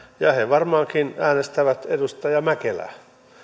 ja he varmaankin äänestävät edustaja mäkelää